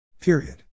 Period